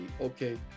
okay